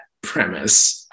premise